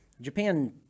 Japan